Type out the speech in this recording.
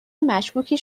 مشکوکی